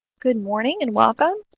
good morning and welcome.